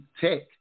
tech